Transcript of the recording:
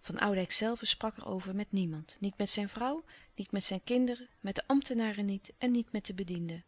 van oudijck zelve sprak er over met niemand niet met zijn vrouw niet met zijn kinderen met de ambtenaren niet en niet met de bedienden